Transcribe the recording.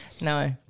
No